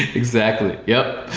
exactly. yup.